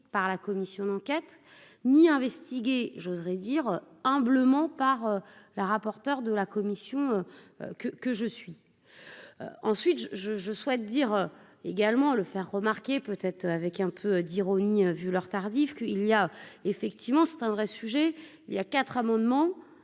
par la commission d'enquête ni investiguer, j'oserais dire humblement par la rapporteur de la commission que que je suis ensuite je, je, je souhaite dire également le faire remarquer, peut-être avec un peu d'ironie, vu l'heure tardive, qu'il y a, effectivement, c'est un vrai sujet, il y a 4 amendements